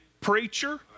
preacher